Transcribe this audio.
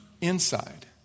inside